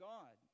God